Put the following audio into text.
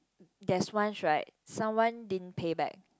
there is once right someone didn't pay back